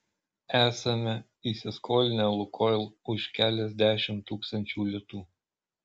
esame įsiskolinę lukoil už keliasdešimt tūkstančių litų